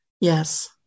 yes